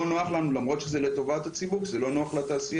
נוח לנו למרות שזה לטובת הציבור כשזה לא נוח לתעשייה,